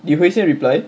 did hui xian reply